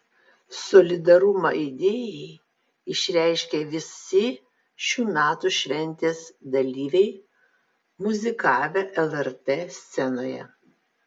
solidarumą idėjai išreiškė visi šių metų šventės dalyviai muzikavę lrt scenoje